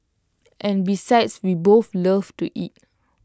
and besides we both love to eat